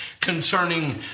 concerning